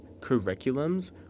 curriculums